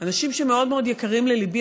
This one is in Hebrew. אנשים מאוד מאוד יקרים לליבי,